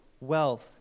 wealth